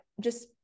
just-